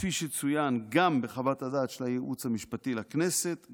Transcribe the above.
כפי שצוין גם בחוות הדעת של הייעוץ המשפטי לכנסת,